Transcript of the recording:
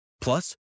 Plus